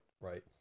Right